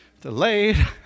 delayed